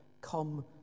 come